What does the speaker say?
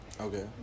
okay